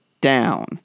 down